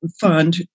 Fund